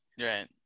Right